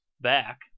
back